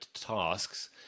tasks